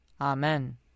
Amen